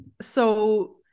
so-